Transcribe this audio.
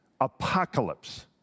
Apocalypse